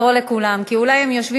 חבר הכנסת עמר בר-לב.